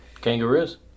Kangaroos